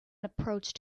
approached